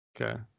Okay